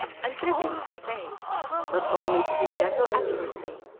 and tributes were paid not only to his general accuracy,